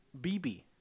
BB